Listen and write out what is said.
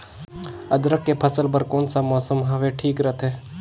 अदरक के फसल बार कोन सा मौसम हवे ठीक रथे?